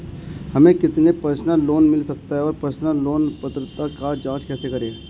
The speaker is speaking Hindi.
हमें कितना पर्सनल लोन मिल सकता है और पर्सनल लोन पात्रता की जांच कैसे करें?